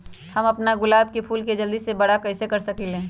हम अपना गुलाब के फूल के जल्दी से बारा कईसे कर सकिंले?